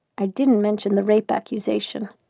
i didn't mention the rape accusation.